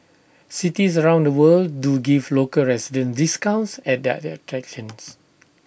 cities around the world do give local residents discounts at their their attractions